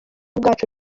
bwacu